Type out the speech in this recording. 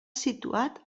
situat